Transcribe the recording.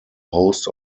host